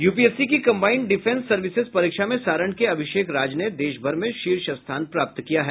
UPSC की combined defence services परीक्षा में सारण के अभिषेक राज ने देशभर में शीर्ष स्थान प्राप्त किया है